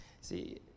See